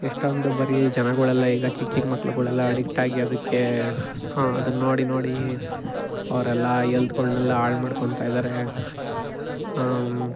ಎಷ್ಟೊಂದು ಬರೀ ಜನಗಳೆಲ್ಲ ಈಗ ಚಿಕ್ಕ ಚಿಕ್ಕ ಮಕ್ಕಳುಗಳೆಲ್ಲ ಅಡಿಕ್ಟಾಗಿ ಅದಕ್ಕೆ ಅದನ್ನ ನೋಡಿ ನೋಡಿ ಅವರೆಲ್ಲ ಹೆಲ್ತ್ಗಳ್ನೆಲ್ಲ ಹಾಳ್ ಮಾಡ್ಕೊತಾ ಇದ್ದಾರೆ